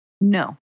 No